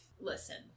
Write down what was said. listen